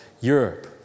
Europe